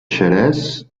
xerès